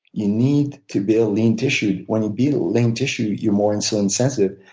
you need to build lean tissue. when you build lean tissue, you're more insulin sensitive.